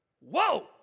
Whoa